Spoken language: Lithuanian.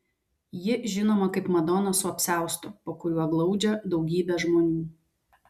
ji žinoma kaip madona su apsiaustu po kuriuo glaudžia daugybę žmonių